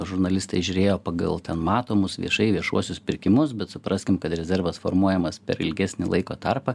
žurnalistai žiūrėjo pagal ten matomus viešai viešuosius pirkimus bet supraskim kad rezervas formuojamas per ilgesnį laiko tarpą